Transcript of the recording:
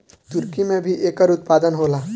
तुर्की में भी एकर उत्पादन होला